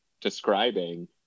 describing